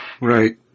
Right